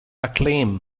acclaim